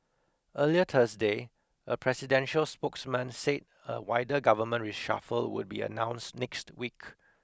earlier Thursday a presidential spokesman say a wider government reshuffle would be announced next week